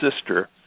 sister